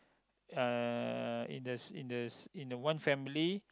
uh in the in the in the one family